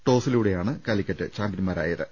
ടോസിലൂടെയാണ് Calicut ചാമ്പ്യന്മാരായത്